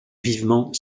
vivement